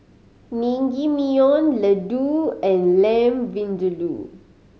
Naengmyeon Ladoo and Lamb Vindaloo